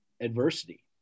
adversity